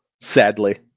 Sadly